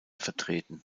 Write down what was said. vertreten